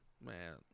man